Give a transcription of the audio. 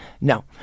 no